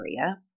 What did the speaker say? area